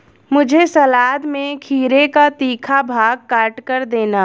मुझे सलाद में खीरे का तीखा भाग काटकर देना